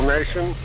Nation